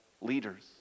leaders